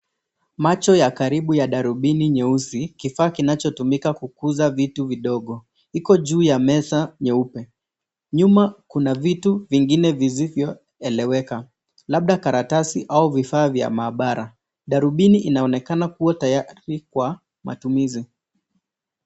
Macho ya karibu ya darubini nyeusi. Kifaa kinachotumika kukuza vitu vidogo iko juu ya meza nyeupe. Nyuma, kuna vitu vingine visivyoeleweka, labda karatasi au vifaa vya maabara. Darubini inaonekana kuwa tayari kwa matumizi.